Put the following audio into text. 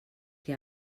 que